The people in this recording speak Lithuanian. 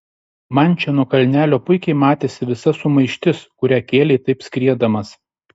man čia nuo kalnelio puikiai matėsi visa sumaištis kurią kėlei taip skriedamas